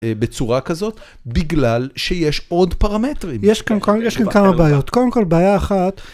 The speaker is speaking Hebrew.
בצורה כזאת, בגלל שיש עוד פרמטרים. יש כאן כמה בעיות. קודם כל, בעיה אחת...